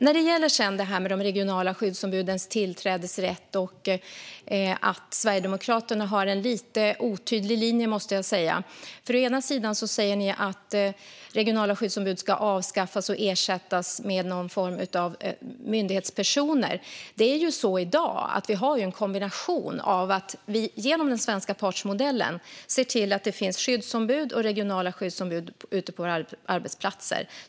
När det gäller de regionala skyddsombudens tillträdesrätt har Sverigedemokraterna en lite otydlig linje, måste jag säga. Ni säger att regionala skyddsombud ska avskaffas och ersättas med någon form av myndighetspersoner. Men i dag har vi en kombination. Genom den svenska partsmodellen ser vi till att det finns skyddsombud och regionala skyddsombud ute på våra arbetsplatser.